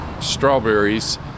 strawberries